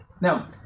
Now